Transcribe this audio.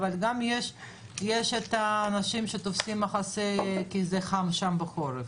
אבל גם יש את האנשים שתופסים מחסה כי חם שם בחורף.